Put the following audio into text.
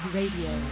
Radio